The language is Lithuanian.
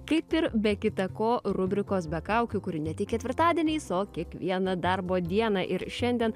kaip ir be kita ko rubrikos be kaukių kuri ne tik ketvirtadieniais o kiekvieną darbo dieną ir šiandien